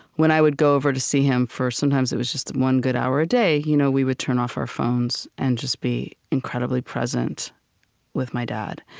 when i would go over to see him for sometimes it was just one good hour a day, you know we would turn off our phones and just be incredibly present with my dad.